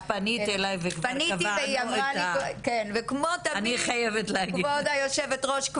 פנית אליי וכבר קבענו --- כמו תמיד כבוד היושבת-ראש,